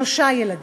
שלושה ילדים,